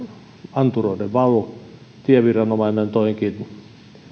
anturoiden valu tieviranomainen toikin